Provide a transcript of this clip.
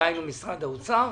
דהיינו משרד האוצר,